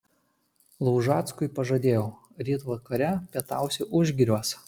laužackui pažadėjau ryt vakare pietausi užgiriuos